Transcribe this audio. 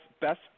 best